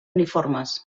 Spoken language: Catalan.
uniformes